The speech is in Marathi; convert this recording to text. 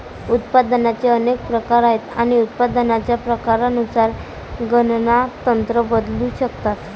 उत्पादनाचे अनेक प्रकार आहेत आणि उत्पादनाच्या प्रकारानुसार गणना तंत्र बदलू शकतात